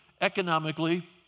economically